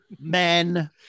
men